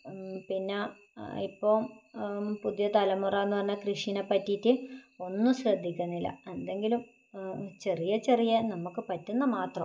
പിന്നെ ഇപ്പോൾ പുതിയ തലമുറാന്ന് പറഞ്ഞാൽ കൃഷീനെപ്പറ്റീട്ട് ഒന്നും ശ്രദ്ധിക്കുന്നില്ല എന്തെങ്കിലും ചെറിയ ചെറിയ നമുക്ക് പറ്റുന്നത് മാത്രം